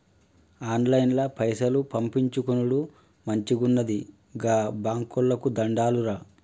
ఆన్లైన్ల పైసలు పంపిచ్చుకునుడు మంచిగున్నది, గా బాంకోళ్లకు దండాలురా